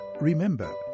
Remember